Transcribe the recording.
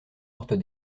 mortes